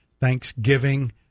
thanksgiving